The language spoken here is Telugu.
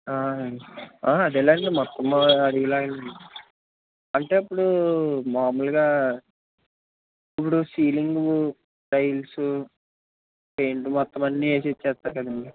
అవును అదేలేండి మొత్తం అడిగేలాగా అంటే ఇప్పుడు మామూలుగా ఇప్పుడు సీలింగు టైల్సు పెయింట్ మొత్తం అన్ని వేసి ఇచ్చేస్తారండి మీరు